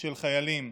של חיילים,